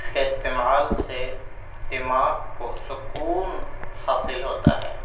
اس کے استعمال سے دماغ کو سکون حاصل ہوتا ہے